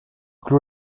clos